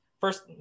first